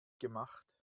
gemacht